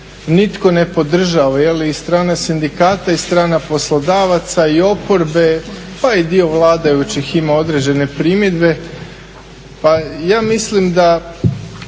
nitko ne podržava i strana sindikata i strana poslodavaca i oporbe, pa i dio vladajućih ima određene primjedbe. Pa ja mislim da